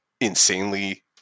insanely